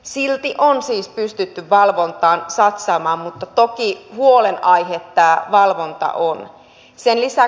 silti on siis pystytty valvontaan satsaamaan mutta toki huolenaihe tämä valvonta on